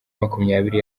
makumyabiri